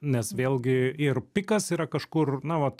nes vėlgi ir pikas yra kažkur na vat